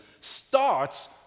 starts